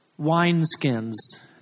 wineskins